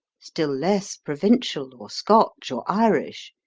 still less provincial, or scotch, or irish